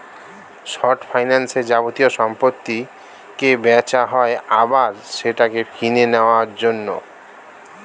short ফাইন্যান্সে যাবতীয় সম্পত্তিকে বেচা হয় আবার সেটাকে কিনে নেওয়ার জন্য